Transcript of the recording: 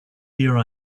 here